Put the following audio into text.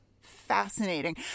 fascinating